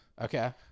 Okay